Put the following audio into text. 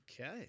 Okay